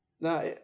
Now